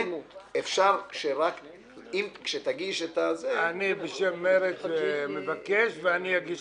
כאשר תגיש את הבקשה עם החתימות --- אני מבקש רשות